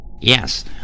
Yes